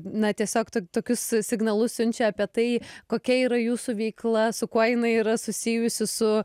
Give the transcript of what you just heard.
na tiesiog to tokius signalus siunčia apie tai kokia yra jūsų veikla su kuo jinai yra susijusi su